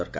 ଦରକାର